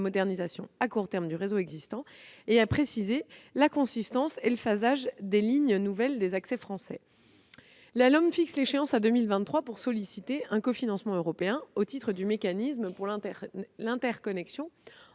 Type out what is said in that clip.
à court terme du réseau existant et de préciser la consistance et le phasage des lignes nouvelles des accès français. La LOM fixe à 2023 l'échéance pour solliciter un cofinancement européen au titre du mécanisme pour l'interconnexion